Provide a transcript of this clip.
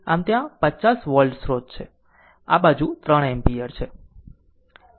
આમ ત્યાં 50 વોલ્ટ સ્રોત છે આ બાજુ 3 એમ્પીયર છે